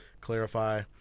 clarify